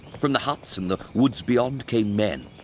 from the huts and the woods beyond came men.